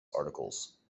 articles